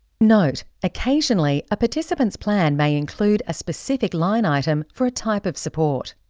note occasionally a participant's plan may include a specific line item for a type of support.